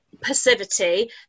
passivity